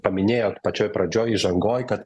paminėjot pačioj pradžioj įžangoj kad